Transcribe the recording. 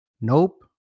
Nope